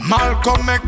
Malcolm